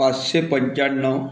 पाचशे पंच्याण्णव